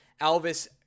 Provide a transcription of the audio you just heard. Alvis